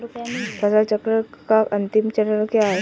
फसल चक्र का अंतिम चरण क्या है?